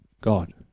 God